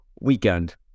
weekend